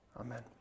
Amen